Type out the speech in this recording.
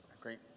great